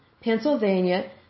Pennsylvania